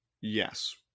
Yes